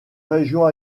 région